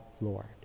Lord